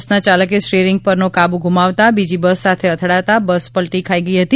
બસના ચાલકે સ્ટિયરિંગ પરનો કાબુ ગુમાવતા બીજી બસ સાથે અથડાતા બસ પલટી ખાઈ ગઈ હતી